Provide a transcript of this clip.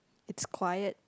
it's quiet